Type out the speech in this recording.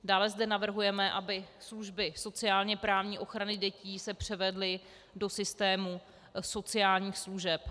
Dále zde navrhujeme, aby služby sociálněprávní ochrany dětí se převedly do systému sociálních služeb.